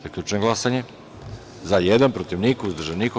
Zaključujem glasanje: za – jedan, protiv – niko, uzdržanih – nema.